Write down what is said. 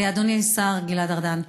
אדוני השר גלעד ארדן,